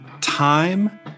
time